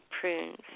prunes